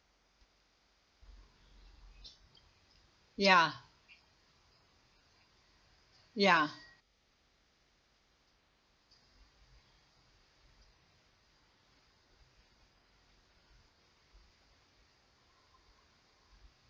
ya ya